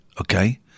okay